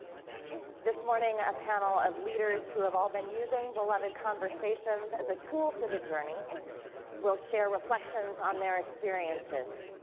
this morning, a panel of leaders who have all been using beloved conversations as a tool for the journey will share reflections on their experiences.